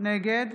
נגד